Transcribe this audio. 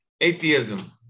Atheism